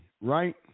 right